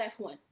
F1